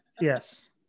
Yes